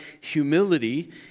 humility